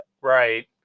Right